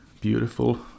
beautiful